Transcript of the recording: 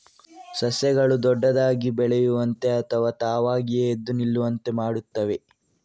ಸಸ್ಯಗಳು ದೊಡ್ಡದಾಗಿ ಬೆಳೆಯುವಂತೆ ಅಥವಾ ತಾವಾಗಿಯೇ ಎದ್ದು ನಿಲ್ಲುವಂತೆ ಮಾಡುತ್ತವೆ